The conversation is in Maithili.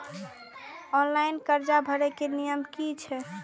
ऑनलाइन कर्जा भरे के नियम की छे?